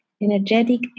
energetic